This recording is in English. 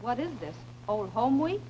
what is their own home w